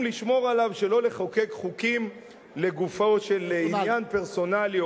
לשמור עליו שלא לחוקק חוקים לגופו של עניין פרסונלי,